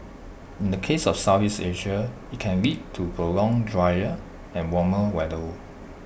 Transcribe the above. in the case of Southeast Asia IT can lead to prolonged drier and warmer weather